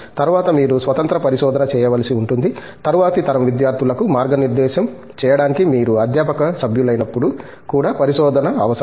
తరువాత మీరు స్వతంత్ర పరిశోధన చేయవలసి ఉంటుంది తరువాతి తరం విద్యార్థులకు మార్గనిర్దేశం చేయడానికి మీరు అధ్యాపక సభ్యులైనప్పుడు కూడా పరిశోధన అవసరం